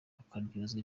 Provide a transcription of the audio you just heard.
akaryozwa